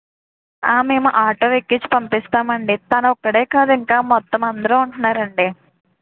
మేము ఆటో ఎక్కించి పంపిస్తాం అండి తను ఒక్కడే కాదు ఇంకా మొత్తం అందరూ ఉంటున్నారు అండి